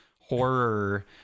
horror